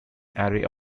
array